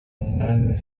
umwami